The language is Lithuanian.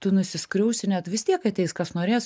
tu nusiskriausi vis tiek ateis kas norės